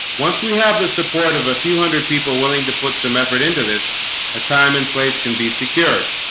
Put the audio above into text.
once we have the support of a few hundred people willing to put some effort into this a time and place can be secured